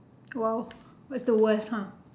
!wow! that's the worst !huh!